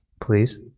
Please